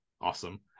awesome